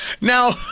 Now